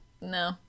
No